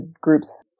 groups